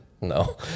no